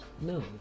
No